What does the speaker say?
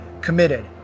committed